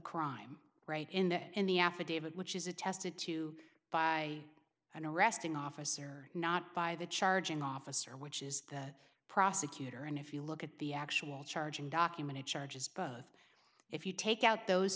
crime right in the end the affidavit which is attested to by an arresting officer not by the charging officer which is the prosecutor and if you look at the actual charging document it charges both if you take out those